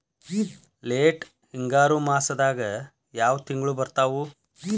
Late ಹಿಂಗಾರು ಮಾಸದಾಗ ಯಾವ್ ತಿಂಗ್ಳು ಬರ್ತಾವು?